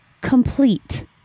complete